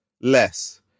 less